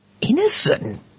innocent